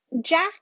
Jack